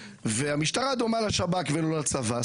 והמשטרה דומה לשב"כ ולא לצבא.